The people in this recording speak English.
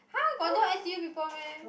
!huh! got no N_T_U people meh